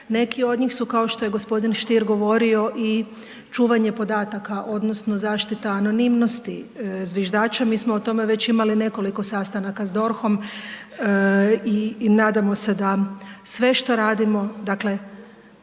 Neki od njih su kao što je gospodin Stier govorio i čuvanje podataka odnosno zaštita anonimnosti zviždača. Mi smo o tome već imali nekoliko sastanaka s DORH-om i nadamo se da sve što radimo, dakle